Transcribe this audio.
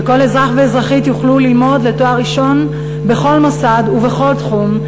שכל אזרח ואזרחית יוכלו ללמוד לתואר ראשון בכל מוסד ובכל תחום,